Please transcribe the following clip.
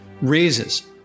Raises